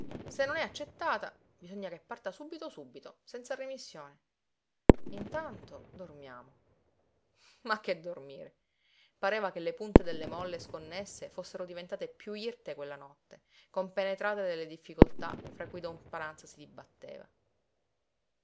se non è accettata bisogna che parta subito subito senza remissione intanto dormiamo ma che dormire pareva che le punte delle molle sconnesse fossero diventate piú irte quella notte compenetrate delle difficoltà fra cui don paranza si dibatteva